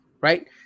right